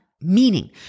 Meaning